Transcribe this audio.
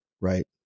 right